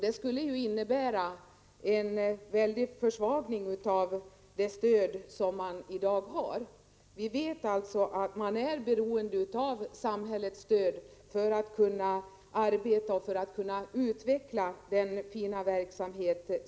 Det skulle innebära en stark försvagning av det stöd som de i dag har. Vi vet att dessa organisationer är beroende av samhällets stöd för att kunna arbeta och för att kunna utveckla sin fina verksamhet.